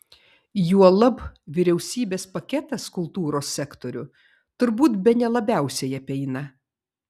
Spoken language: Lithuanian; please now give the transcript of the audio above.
juolab vyriausybės paketas kultūros sektorių turbūt bene labiausiai apeina